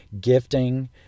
gifting